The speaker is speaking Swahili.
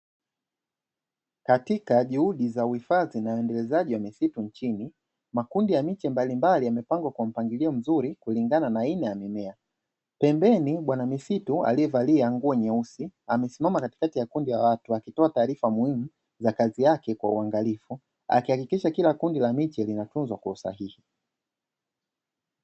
Katika juhudi za uhifadhi na huendelezaji wa misitu nchini makundi ya miche mbalimbali yamepangwa kwa mpangilio mzuri kulingana na aina ya mimea, pembeni bwana misitu aliyevalia nguo nyeusi amesimama katikati ya kundi la watu akitoa taarifa muhimu za kazi yake kwa uangalifu, akihakikisha kila kundi la miti linatozwa kwa usahihi.